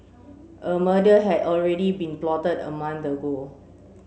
a murder had already been plotted a month ago